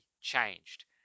changed